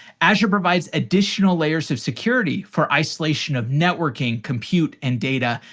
azure provides additional layers of security for isolation of networking, compute, and data.